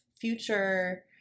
future